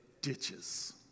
ditches